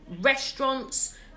restaurants